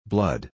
Blood